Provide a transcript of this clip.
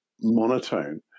monotone